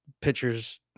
pitchers